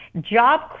job